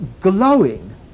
glowing